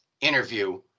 interview